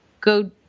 Go